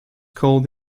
called